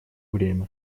время